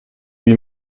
lui